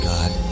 God